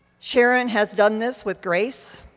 sharon has done this with grace,